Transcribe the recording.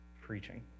preaching